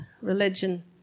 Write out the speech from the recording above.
Religion